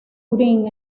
green